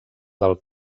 del